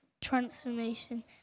transformation